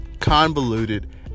convoluted